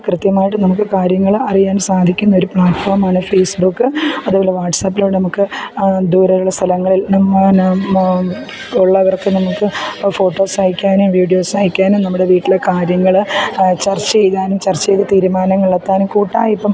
കൃത്യമായിട്ട് നമുക്ക് കാര്യങ്ങൾ അറിയാൻ സാധിക്കുന്നൊരു പ്ലാറ്റ്ഫോം ആണ് ഫേസ്ബുക്ക് അതുപോലെ വാട്ട്സാപ്പിൽ നമുക്ക് ദൂരെ ഉള്ള സ്ഥലങ്ങളിൽ ഉള്ളവർക്ക് നമുക്ക് ഫോട്ടോസ് അയയ്ക്കാനും വീഡിയോസ് അയയ്ക്കാനും നമ്മുടെ വീട്ടിലെ കാര്യങ്ങൾ ചർച്ച ചെയ്യാനും ചർച്ച ചെയ്ത് തീരുമാനങ്ങൾ എടുക്കാനും കൂട്ടായി ഇപ്പം